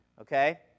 okay